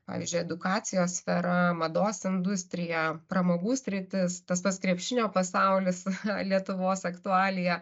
pavyzdžiui edukacijos sfera mados industrija pramogų sritis tas pats krepšinio pasaulis lietuvos aktualija